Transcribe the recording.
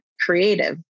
creative